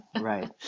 right